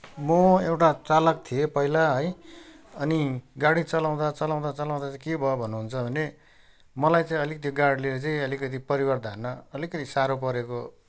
म एउटा चालक थिएँ पहिला है अनि गाडी चलाउँदा चलाउँदा चलाउँदा चाहिँ के भयो भन्नुहुन्छ भने मलाई चाहिँ अलिकति त्यो गाडीले चाहिँ परिवार धान्न अलिकति साह्रो परेको